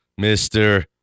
Mr